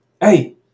hey